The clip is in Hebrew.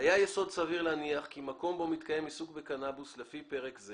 "היה יסוד סביר להניח כי מקום בו מתקיים עיסוק בקנאבוס לפי פרק זה